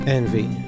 envy